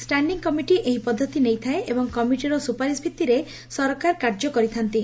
standing committee ଏହି ପଦ୍ଧତି ନେଇଥାଏ ଏବଂ କମିଟିର ସ୍ୱପାରିଶ ଭିଭିରେ ସରକାର କାର୍ଯ୍ୟ କରିଥାତ୍ତି